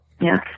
Yes